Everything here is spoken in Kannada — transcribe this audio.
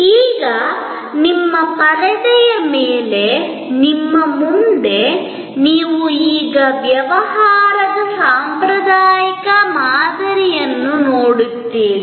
ಈಗ ನಿಮ್ಮ ಪರದೆಯ ಮೇಲೆ ನಿಮ್ಮ ಮುಂದೆ ನೀವು ಈಗ ವ್ಯವಹಾರದ ಸಾಂಪ್ರದಾಯಿಕ ಮಾದರಿಯನ್ನು ನೋಡುತ್ತೀರಿ